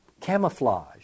camouflage